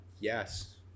yes